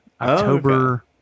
October